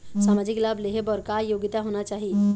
सामाजिक लाभ लेहे बर का योग्यता होना चाही?